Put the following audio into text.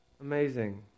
amazing